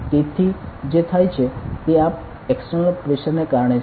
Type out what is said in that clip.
તેથી જે થાય છે તે આ એક્સટર્નલ પ્રેશર ને કારણે છે